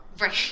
Right